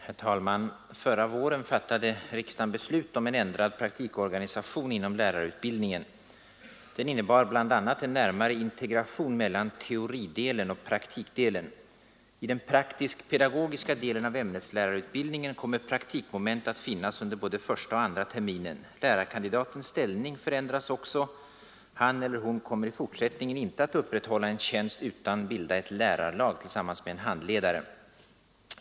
Herr talman! Förra våren fattade riksdagen beslut om en ändrad praktikorganisation inom lärarutbildningen. Den innebar bl.a. en närmare integration mellan teoridelen och praktikdelen. I den praktisk-pedagogiska delen av ämneslärarutbildningen kommer praktikmoment att finnas under både första och andra terminen. Lärarkandidatens ställning förändras också; han eller hon kommer i fortsättningen inte att upprätthålla en tjänst utan skall bilda ett lärarlag tillsammans med en handledare.